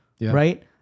Right